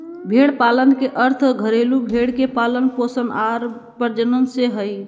भेड़ पालन के अर्थ घरेलू भेड़ के पालन पोषण आर प्रजनन से हइ